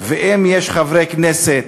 אם יש חברי כנסת